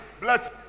bless